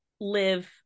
live